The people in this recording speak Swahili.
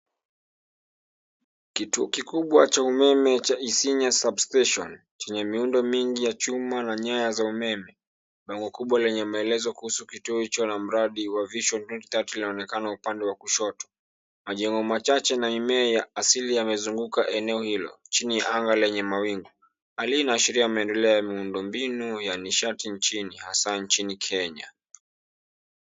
Kituo kikubwa cha umeme cha Isinya Substation. Chenye miundo mingi ya chuma na nyayo za umeme. Lango kubwa lenye maelezo kuhusu kituo hicho na mradi wa Vision 2030 inaonekana upande wa kushoto. Majengo machache na mimea ya asili yamezunguka eneo hilo. Chini ya anga lenye mawingu. Hali hii inaashiria maendeleo ya miundombinu ya nishati nchini hasaa nchini Kenya.